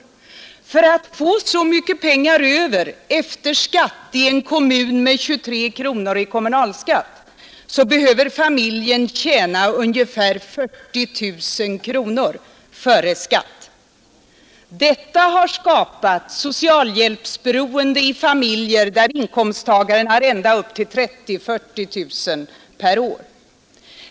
För att få så mycket pengar kvar efter skatt i en kommun med 23 kronor i kommunalskatt behöver familjen tjäna ungefär 40 000 kronor före skatt. Detta har skapat socialhjälpsberoende för familjer med inkomster på ända upp till 30 000 å 40 000 kronor per år.